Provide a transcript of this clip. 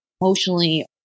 emotionally